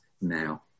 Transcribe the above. now